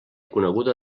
coneguda